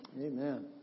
Amen